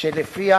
שלפיה